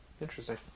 Interesting